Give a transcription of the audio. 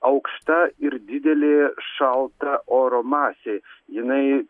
aukšta ir didelė šalta oro masė jinai